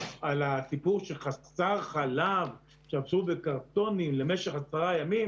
על הסיפור שהיה חסר חלב בקרטונים למשך עשרה ימים